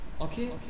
okay